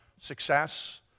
success